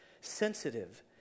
sensitive